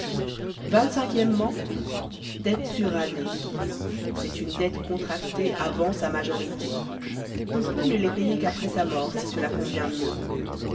o dette surannée c'est une dette contractée avant sa majorité on peut ne les payer qu'après sa mort si cela convient